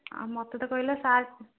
ଆଉ ମୋତେ ତ କହିଲା ସାର୍